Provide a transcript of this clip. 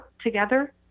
together